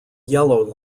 yellow